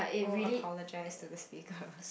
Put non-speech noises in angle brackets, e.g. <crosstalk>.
oh apologize to the speakers <laughs>